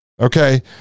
okay